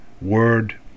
word